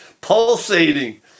pulsating